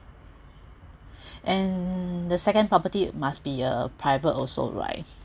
and the second property must be a private also right